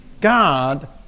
God